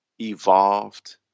evolved